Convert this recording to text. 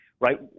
right